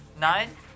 Nine